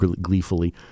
gleefully